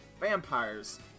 Vampires